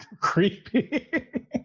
Creepy